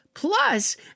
Plus